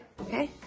okay